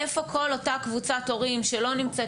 איפה כל אותה קבוצת הורים שלא נמצאת,